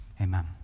amen